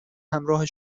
همراه